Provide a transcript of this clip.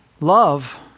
love